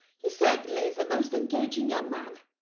he certainly is a most engaging young man.